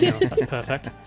perfect